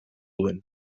duen